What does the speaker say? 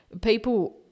people